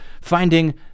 finding